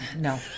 No